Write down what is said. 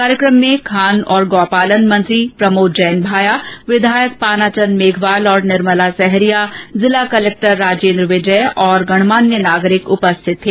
कार्यक्रम में खान और गौपालन मंत्री प्रमोद जैन भाया विधायक पानाचंद मेघवाल निर्मला सहरिया जिला कलेक्टर राजेन्द्र विजय और गणमान्य नागरिक उपस्थित थे